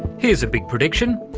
here's a big prediction.